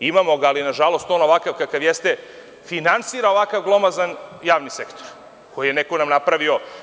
Imamo ga, ali je, nažalost, on ovakav kakav jeste, finansira ovakav glomazan javni sektor, koji nam je neko napravio.